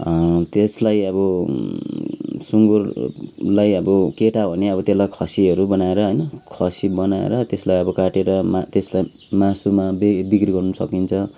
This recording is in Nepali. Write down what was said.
त्यसलाई अब सुँगुरलाई अब केटा हो भने अब त्यसलाई खसीहरू बनाएर होइन खसी बनाएर त्यसलाई अब काटेर त्यसलाई अब मासुमा बिक्री गर्नु सकिन्छ